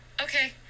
Okay